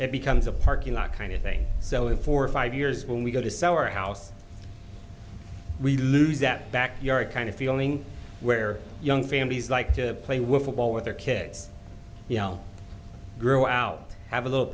it becomes a parking lot kind of thing so if for five years when we go to sell our house we lose that backyard kind of feeling where young families like to play with football with their kids you know grow out have a little